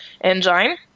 engine